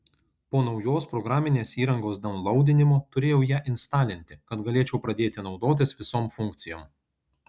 po naujos programinės įrangos daunlaudinimo turėjau ją instalinti kad galėčiau pradėti naudotis visom funkcijom